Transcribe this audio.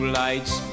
lights